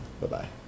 Bye-bye